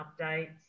updates